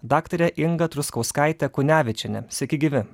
daktarė inga truskauskaitė kunevičienė sakei gyvi